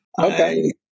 Okay